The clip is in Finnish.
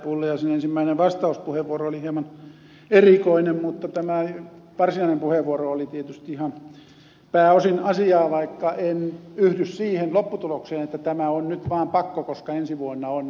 pulliaisen ensimmäinen vastauspuheenvuoro oli hieman erikoinen mutta tämä varsinainen puheenvuoro oli tietysti pääosin ihan asiaa vaikka en yhdy siihen lopputulokseen että tämä on nyt vaan pakko koska ensi vuonna on niin vaikeaa